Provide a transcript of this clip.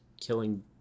killing